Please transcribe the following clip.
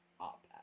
up